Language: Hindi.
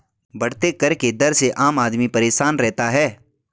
बढ़ते कर के दर से आम आदमी परेशान रहता है